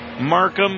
Markham